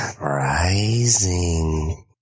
Rising